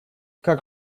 как